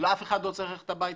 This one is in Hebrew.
אף אחד לא צריך ללכת הביתה,